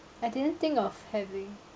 I didn't think of having